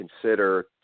consider